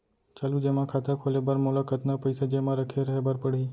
चालू जेमा खाता खोले बर मोला कतना पइसा जेमा रखे रहे बर पड़ही?